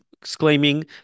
exclaiming